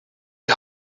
die